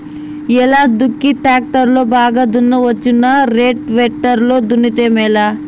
ఎలా దుక్కి టాక్టర్ లో బాగా దున్నవచ్చునా రోటివేటర్ లో దున్నితే మేలా?